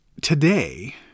today